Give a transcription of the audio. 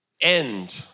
end